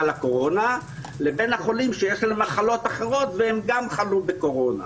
הקורונה לבין החולים שיש להם מחלות אחרות והם גם חלו בקורונה,